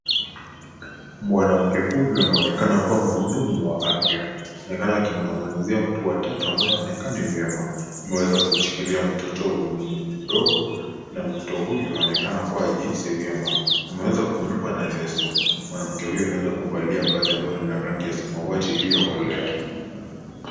Mwanamke huyu anaonekana kuwa mhudumu wa afya. Anaonekana akimnong'onezea mtu wa tatu ambaye haonekani vyema. Anaweza kumshikilia mtoto mdogo na mtoto huyu anaonekana kuwa hajihisi vyema. Mwanamke huyu ameweza kuvalia vazi la samawti iliyokolea.